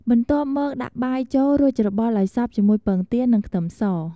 បន្ទាប់មក ដាក់បាយចូល រួចច្របល់ឱ្យសព្វជាមួយពងទា និងខ្ទឹមស។